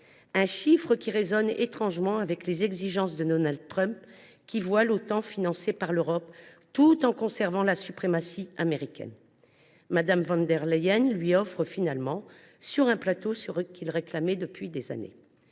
Ce chiffre résonne étrangement avec les exigences de Donald Trump, qui veut voir l’Otan financée par l’Europe, tout en conservant la suprématie américaine. Mme von der Leyen lui offre finalement sur un plateau ce qu’il réclamait depuis des années.